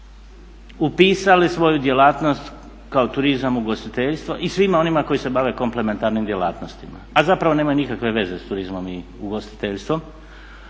upisali svoju djelatnost kao turizam, ugostiteljstvo i svima onima koji se bave komplementarnim djelatnostima. A zapravo nemaju nikakve veze s turizmom i ugostiteljstvom.